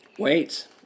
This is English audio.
Wait